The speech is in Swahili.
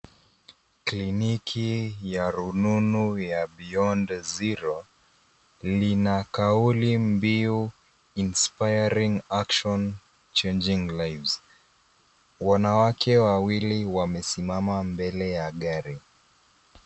Kliniki ya rununu ya BEYOND ZERO lina kauli mbiu inspiring action changing lives . Wanawake wawili wamesimama mbele ya gari.